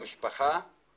במשפחה